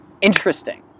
interesting